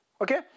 Okay